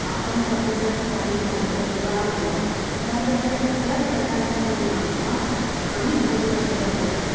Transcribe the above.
आपण राहतो त्या ठिकाणी झालेलं स्थलांतर यासारख्या सगळ्या घटकांचा परिणाम हा स्थानिक बोलीभाषेवर होत आहे